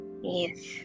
Yes